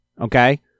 okay